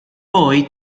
poi